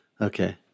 Okay